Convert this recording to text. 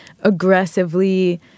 aggressively